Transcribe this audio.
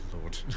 lord